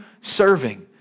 serving